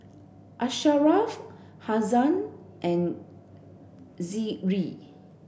Asharaff Haziq and Zikri